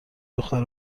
دختر